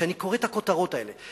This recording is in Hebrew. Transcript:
כשאני קורא את הכותרות האלה,